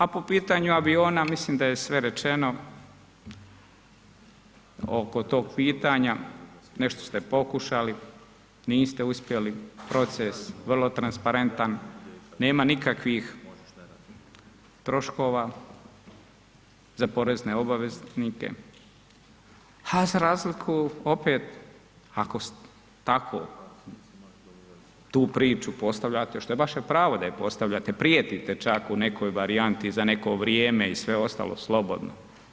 A po pitanju aviona, mislim da je sve rečen, oko tog pitanja, nešto ste pokušali, niste uspjeli, proces vrlo transparentan, nema nikakvih troškova za porezne obveznike a za razliku opet ako tako tu priču postavljate što je vaše pravo da je postavljate, prijetite čak u nekoj varijanti za neko vrijeme i sve ostalo, slobodno.